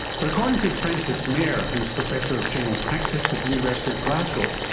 but according to frances mair who is professor of general practice at the university of glasgow,